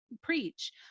preach